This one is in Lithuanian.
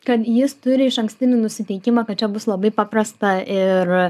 kad jis turi išankstinį nusiteikimą kad čia bus labai paprasta ir